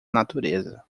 natureza